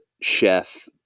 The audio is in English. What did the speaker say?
Chef